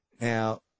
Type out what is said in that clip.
Now